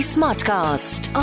Smartcast